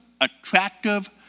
attractive